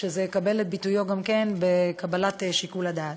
שזה יקבל את ביטויו גם בהפעלת שיקול הדעת.